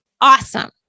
awesome